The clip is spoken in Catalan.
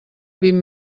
vint